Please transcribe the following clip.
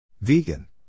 Vegan